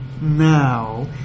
now